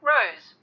Rose